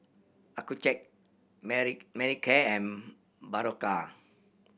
Accucheck Mani Manicare and Berocca